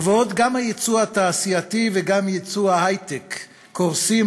ובעוד גם הייצוא התעשייתי וגם ייצוא ההיי-טק קורסים,